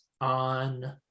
on